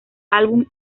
álbum